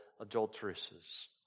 adulteresses